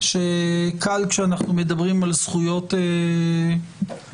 כשאנחנו מדברים על זכויות העובדים,